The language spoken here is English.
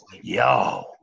Yo